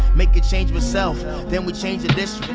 make a change with self. then we change the district.